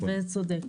והוא צודק.